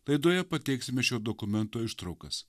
laidoje pateiksime šio dokumento ištraukas